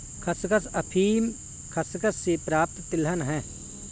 खसखस अफीम खसखस से प्राप्त तिलहन है